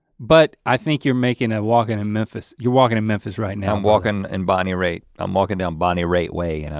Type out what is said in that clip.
but i think you're making a walking and memphis, you're walking in memphis right now. i'm walking in bonnie raitt. i'm walking down bonnie raitt way, and